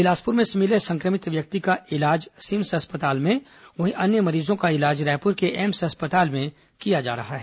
बिलासपुर में मिले संक्रमित व्यक्ति का उपचार सिम्स अस्पताल में वहीं अन्य मरीजों का उपचार रायपुर के एम्स अस्पताल में किया जा रहा है